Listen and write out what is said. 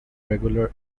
regular